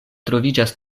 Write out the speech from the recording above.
troviĝas